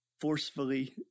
forcefully